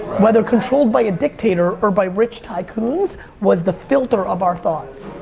whether controlled by a dictator or by rich tycoons, was the filter of our thoughts.